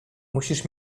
musisz